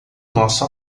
nosso